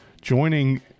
joining